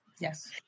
Yes